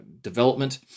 development